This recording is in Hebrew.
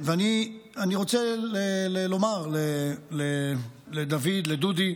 ואני רוצה לומר לדוד, לדודי: